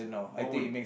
what would